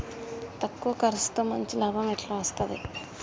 తక్కువ కర్సుతో మంచి లాభం ఎట్ల అస్తది?